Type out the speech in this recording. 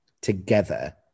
together